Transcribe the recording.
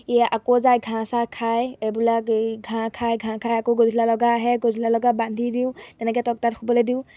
ই আকৌ যায় ঘাঁহ চাহ খায় এইবিলাক ঘাঁহ খাই ঘাঁহ খাই আকৌ গধূলি লগা আহে গধূলি লগা বান্ধি দিওঁ তেনেকৈ টকতাত শুবলৈ দিওঁ